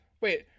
wait